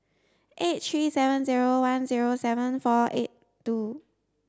eight three seven zero one zero seven four eight two